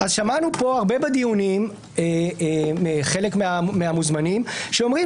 אז שמענו פה הרבה בדיונים חלק מהמוזמנים שאומרים